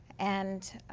and